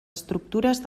estructures